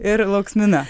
ir lauksmina